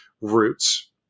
roots